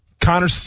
Connor